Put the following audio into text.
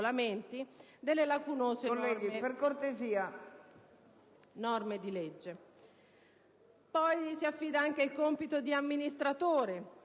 regolamenti delle lacunose norme di legge; poi, gli si affida anche il compito di amministratore: